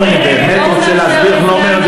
תבואי, אני אסביר לך.